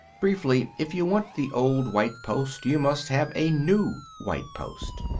briefly, if you want the old white post you must have a new white post.